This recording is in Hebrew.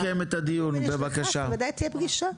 ואם היא נשלחה בוודאי תהיה פגישה.